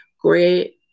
great